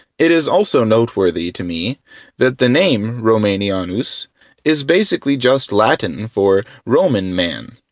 it is also noteworthy to me that the name romanianus is basically just latin for roman man.